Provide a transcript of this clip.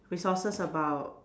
resources about